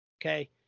Okay